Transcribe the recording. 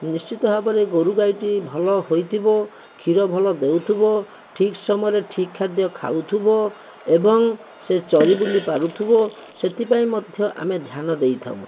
ନିଶ୍ଚିତ ଭାବରେ ଗୋରୁ ଗାଈଟି ଭଲ ହୋଇଥିବ କ୍ଷୀର ଭଲ ଦେଉଥିବ ଠିକ ସମୟରେ ଠିକ ଖାଦ୍ୟ ଖାଉଥିବ ଏବଂ ସେ ଚରି ବୁଲି ପାରୁଥିବ ସେଥିପାଇଁ ମଧ୍ୟ ଆମେ ଧ୍ୟାନ ଦେଇଥାଉ